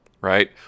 right